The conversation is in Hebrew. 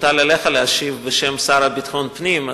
שהוטל עליך להשיב בשם השר לביטחון פנים,